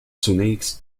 zunächst